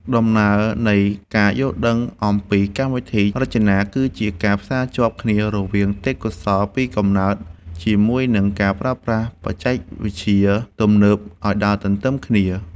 ដំណើរនៃការយល់ដឹងអំពីកម្មវិធីរចនាគឺជាការផ្សារភ្ជាប់គ្នារវាងទេពកោសល្យពីកំណើតជាមួយនឹងការប្រើប្រាស់បច្ចេកវិទ្យាទំនើបឱ្យដើរទន្ទឹមគ្នា។